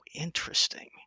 interesting